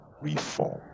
reform